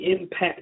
Impact